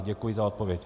Děkuji za odpověď.